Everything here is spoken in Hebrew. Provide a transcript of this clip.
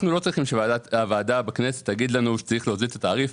אנחנו לא צריכים שהוועדה בכנסת תגיד לנו שצריך להוזיל את התעריף.